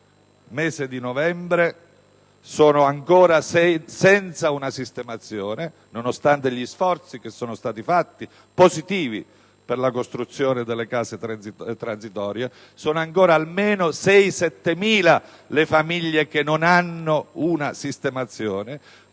mese di novembre, sono ancora senza una sistemazione, nonostante gli sforzi positivi che sono stati fatti per la costruzione delle case transitorie: sono ancora almeno 6.000-7.000 le famiglie che non hanno una sistemazione.